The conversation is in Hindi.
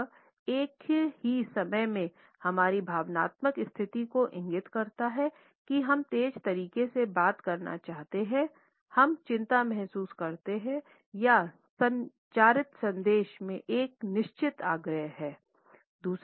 यह एक ही समय में हमारी भावनात्मक स्थिति को इंगित करता है कि हम तेज तरीके से बात करना चाहते हैं हम चिंता महसूस करते हैं या संचारित संदेश में एक निश्चित आग्रह है